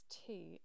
two